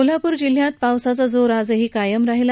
कोल्हापूर जिल्ह्यात पावसाचा जोर आजही कायम राहिला